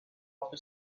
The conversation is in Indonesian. waktu